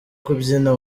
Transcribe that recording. kubyina